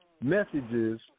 messages